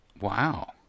Wow